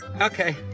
Okay